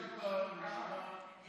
שר המשפטים גדעון, תשובות על שאילתות.